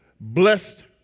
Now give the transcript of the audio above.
blessed